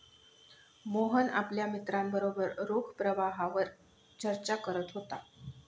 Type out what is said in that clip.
मोहन आपल्या मित्रांबरोबर रोख प्रवाहावर चर्चा करत होता